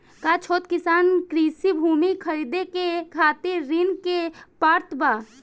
का छोट किसान कृषि भूमि खरीदे के खातिर ऋण के पात्र बा?